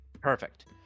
Perfect